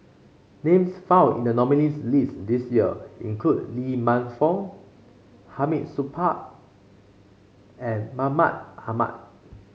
names found in the nominees' list this year include Lee Man Fong Hamid Supaat and Mahmud Ahmad